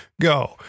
go